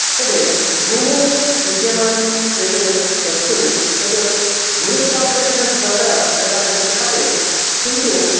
तदेव भूमौ विद्यमानं यत् वस्तु तत् गुरुत्वाकर्षणद्वारा कदाचित् पतेत् किन्तु